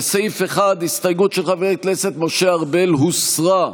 לסעיף 1, ההסתייגות של חבר הכנסת משה ארבל הוסרה.